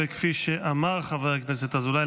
כפי שאמר חבר הכנסת אזולאי,